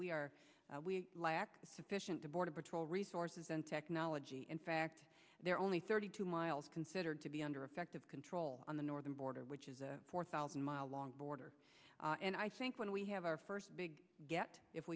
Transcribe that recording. we are sufficient to border patrol resources and technology in fact there are only thirty two miles considered to be under effective control on the northern border which is a four thousand mile long border and i think when we have our first big get if